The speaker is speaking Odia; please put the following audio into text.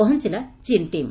ପହଞ୍ ଲା ଚୀନ୍ ଟିମ୍